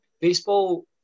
baseball